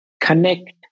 connect